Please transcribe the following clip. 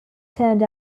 turned